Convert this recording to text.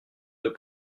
deux